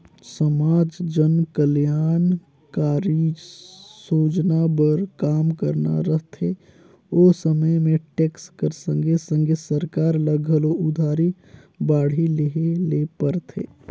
समाज जनकलयानकारी सोजना बर काम करना रहथे ओ समे में टेक्स कर संघे संघे सरकार ल घलो उधारी बाड़ही लेहे ले परथे